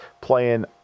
playing